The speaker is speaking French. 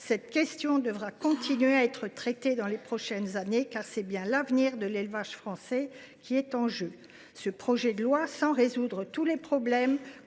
Cette question devrait continuer à être traitée dans les prochaines années, car c’est bien l’avenir de l’élevage français qui est en jeu. Le projet de loi, sans résoudre tous les problèmes,